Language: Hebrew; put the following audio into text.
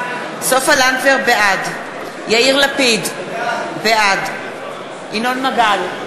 לנדבר, בעד יאיר לפיד, בעד ינון מגל,